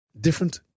Different